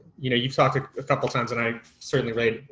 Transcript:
you know you've talked a couple times and i certainly read,